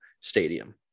stadium